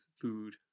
food